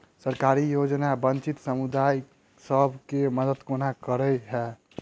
सरकारी योजना वंचित समुदाय सब केँ मदद केना करे है?